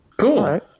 Cool